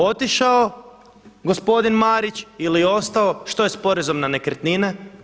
Otišao gospodin Marić ili ostalo, što je s porezom na nekretnine?